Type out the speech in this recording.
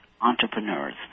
entrepreneurs